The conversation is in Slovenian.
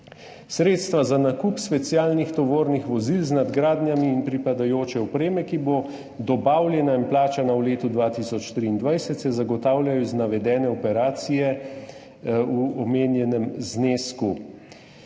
Sredstva za nakup specialnih tovornih vozil z nadgradnjami in pripadajoče opreme, ki bo dobavljena in plačana v letu 2023, se zagotavljajo iz navedene operacije v omenjenem znesku.